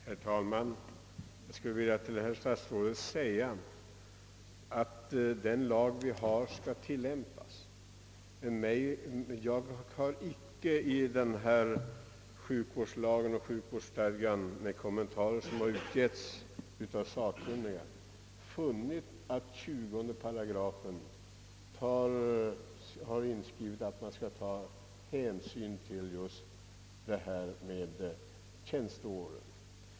Herr talman! Den lag som gäller skall naturligtvis tillämpas, herr statsråd. Men jag har icke i sjukvårdslagen eller i de sakkunnigas kommentarer till densamma funnit att det har i 20 8 inskrivits att hänsyn skall tagas främst till tjänsteåren.